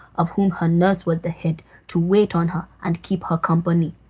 of whom her nurse was the head, to wait on her and keep her company.